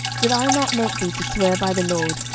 did i not make thee to swear by the lord,